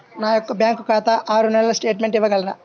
నా యొక్క బ్యాంకు ఖాతా ఆరు నెలల స్టేట్మెంట్ ఇవ్వగలరా?